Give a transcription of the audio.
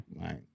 Right